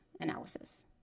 analysis